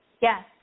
Yes